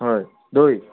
হয় দৈ